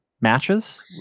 matches